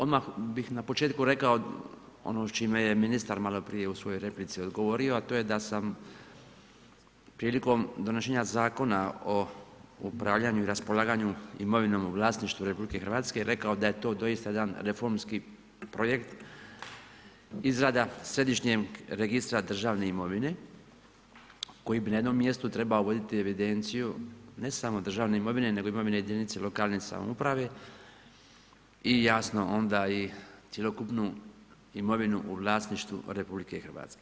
Odmah bi na početku rekao, ono s čime je ministar maloprije u svojoj replici odgovorio, a to je da sam prilikom donošenja Zakona o upravljanju i raspolaganju imovinom u vlasništvu RH rekao da je to doista jedan reformski projekt, izrada središnjeg registra državne imovine, koji bi na jednom mjestu trebao voditi evidenciju ne samo državne imovine, nego i imovine jedinice lokalne samouprave i jasno onda i cjelokupnu imovinu o vlasništvu RH.